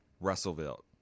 Russellville